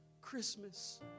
Christmas